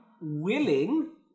willing